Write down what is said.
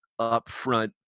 upfront